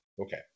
okay